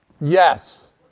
Yes